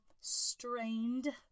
strained